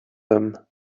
them